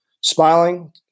Smiling